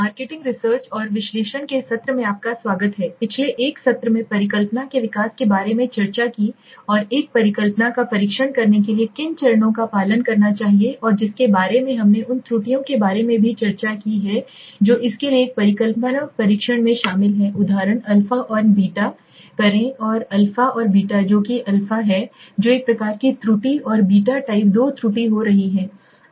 marketing research और विश्लेषण के सत्र में आपका स्वागत है पिछले एक सत्र में परिकल्पना के विकास के बारे में चर्चा की और एक परिकल्पना का परीक्षण करने के लिए किन चरणों का पालन करना चाहिए और जिसके बारे में हमने उन त्रुटियों के बारे में भी चर्चा की है जो इसके लिए एक परिकल्पना परीक्षण में शामिल हैं उदाहरण α और β परीक्षण करें α और β जो कि α है जो एक प्रकार की त्रुटि और है β टाइप दो त्रुटि हो रही है